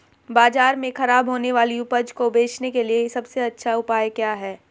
बाजार में खराब होने वाली उपज को बेचने के लिए सबसे अच्छा उपाय क्या है?